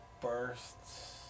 bursts